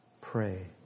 pray